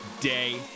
day